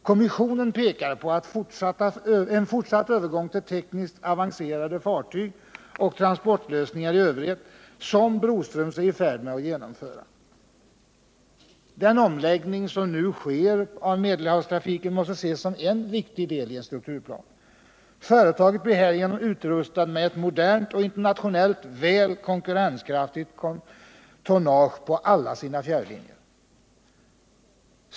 Kommissionen pekar på den fortsatta övergång till tekniskt avancerade fartyg och transportlösningar som Broströms är i färd med att genomföra. Den omläggning som nu sker av Medelhavstrafiken måste ses som en viktig del i en strukturplan. Företaget blir härigenom utrustat med ett modernt och internationellt väl konkurrenskraftigt tonnage på alla sina fjärrlinjer.